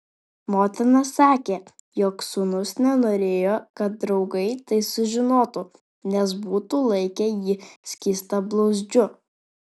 motina sakė jog sūnus nenorėjo kad draugai tai sužinotų nes būtų laikę jį skystablauzdžiu